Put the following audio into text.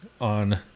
on